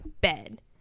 bed